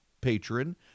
patron